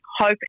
hope